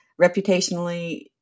reputationally